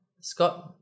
Scott